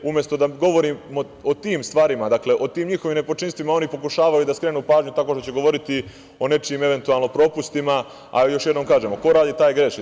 Umesto da govorimo o tim stvarima, dakle, o tim njihovim nepočinstvima, oni pokušavaju da skrenu pažnju tako što će govoriti o nečijim, eventualno, propustima, ali još jednom kažem – ko radi taj i greši.